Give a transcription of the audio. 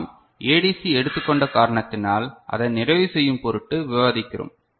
நாம் ஏடிசி எடுத்துக் கொண்ட காரணத்தினால் அதை நிறைவு செய்யும் பொருட்டு விவாதிக்கிறோம்